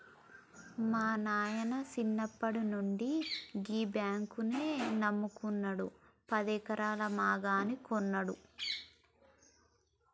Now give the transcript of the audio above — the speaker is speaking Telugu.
మా నాయిన సిన్నప్పట్నుండి గీ బాంకునే నమ్ముకున్నడు, పదెకరాల మాగాని గొన్నడు